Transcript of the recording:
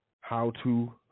how-to